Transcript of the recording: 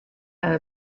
and